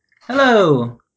Hello